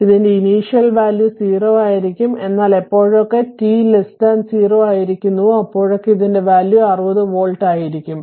ഇതിന്റെ initial value 0 ആയിരിക്കും എന്നാൽ എപ്പോഴൊക്കെ t 0 ആയിരിക്കുന്നുവോ അപ്പോഴൊക്കെ ഇതിന്റെ വാല്യൂ 60V ആയിരിക്കും